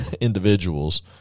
individuals